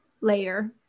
layer